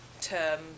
term